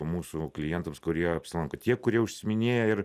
mūsų klientams kurie apsilanko tie kurie užsiiminėja ir